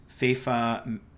fifa